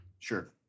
Sure